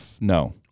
no